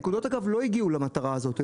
הנקודות, אגב, לא הגיעו למטרה הזאת.